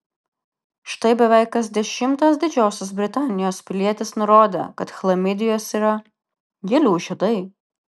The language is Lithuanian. štai beveik kas dešimtas didžiosios britanijos pilietis nurodė kad chlamidijos yra gėlių žiedai